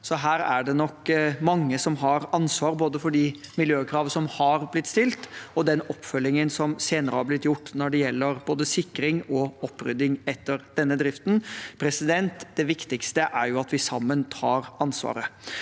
her er det nok mange som har ansvaret både for de miljøkrav som har blitt stilt, og for den oppfølgingen som senere har blitt gjort, når det gjelder både sikring og opprydding etter denne driften. Det viktigste er at vi sammen tar ansvaret.